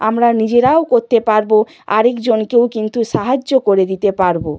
আমরা নিজেরাও করতে পারব আরেকজনকেও কিন্তু সাহায্য করে দিতে পারব